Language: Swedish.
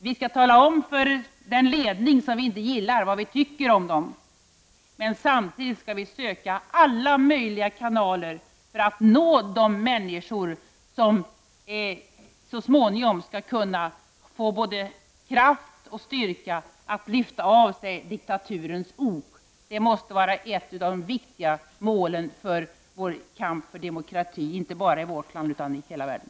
Vi skall tala om för den ledning som vi inte gillar vad vi tycker om den, men samtidigt skall vi söka alla möjliga kanaler för att nå de människor som så småningom skall kunna få både kraft och styrka att lyfta av sig diktaturens ok. Det måste vara ett av de viktiga målen för vår kamp för demokrati, inte bara i vårt land utan i hela världen.